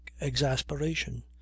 exasperation